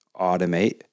automate